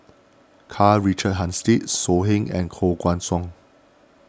Karl Richard Hanitsch So Heng and Koh Guan Song